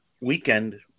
weekend